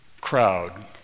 crowd